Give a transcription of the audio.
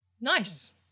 Nice